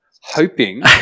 hoping